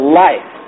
life